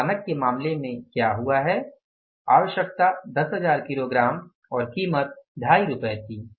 तो मानक के मामले में क्या हुआ है आवश्यकता 10000 किग्रा और कीमत 25 थी